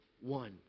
one